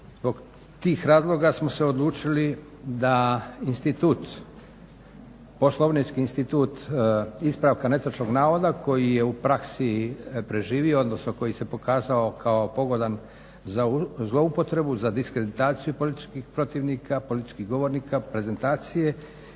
Zbog tih razloga smo se odlučili da institut, poslovnički institut ispravka netočnog navoda koji je u praksi preživio, odnosno koji se pokazao kao pogodan za zloupotrebu, za diskreditaciju političkih protivnika, političkih govornika, prezentacije